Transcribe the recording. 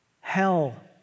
hell